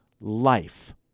life